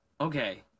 okay